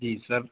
جی سب